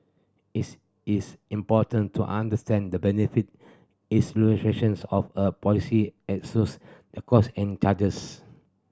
it is important to understand the benefit of a policy as shows the costs and charges